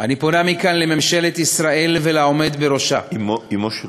"אני פונה מכאן לממשלת ישראל ולעומד בראשה" אמו של